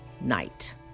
night